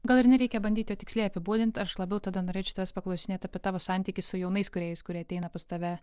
gal ir nereikia bandyti tiksliai apibūdint aš labiau tada norėčiau tavęs paklausinėti apie tavo santykį su jaunais kūrėjais kurie ateina pas tave